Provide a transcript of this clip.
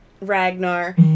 Ragnar